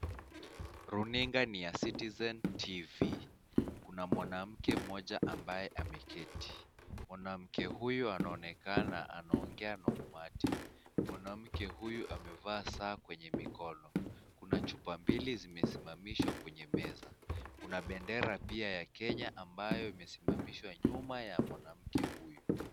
Runinga ni ya Citizen Tv, kuna mwanamke moja ambayo ameketi. Mwanamke huyu anaonekana anaongea na umati. Mwanamke huyu amevaa saa kwenye mikono. Kuna chupa mbili zimesimamishwa kwenye meza. Kuna bendera pia ya Kenya ambayo imesimamishwa nyuma ya mwanamke huyu.